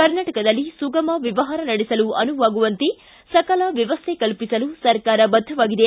ಕರ್ನಾಟಕದಲ್ಲಿ ಸುಗಮ ವ್ಯವಹಾರ ನಡೆಸಲು ಅನುವಾಗುವಂತೆ ಸಕಲ ವ್ಯವಸ್ಥೆ ಕಲ್ಪಿಸಲು ಸರ್ಕಾರ ಬದ್ಧವಾಗಿದೆ